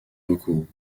recours